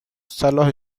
صلاح